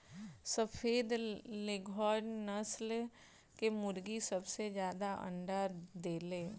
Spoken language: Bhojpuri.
सफ़ेद लेघोर्न नस्ल कअ मुर्गी सबसे ज्यादा अंडा देले